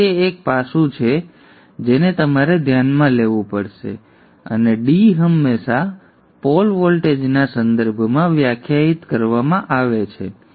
તેથી તે એક પાસું છે જેને તમારે ધ્યાનમાં લેવું પડશે અને d હંમેશા પોલ વોલ્ટેજના સંદર્ભમાં વ્યાખ્યાયિત કરવામાં આવે છે